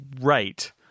right